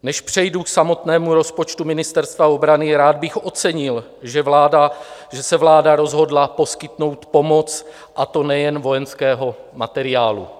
Než přejdu k samotnému rozpočtu Ministerstva obrany, rád bych ocenil, že se vláda rozhodla poskytnout pomoc, a to nejen vojenského materiálu.